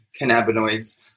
cannabinoids